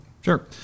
Sure